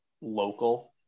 local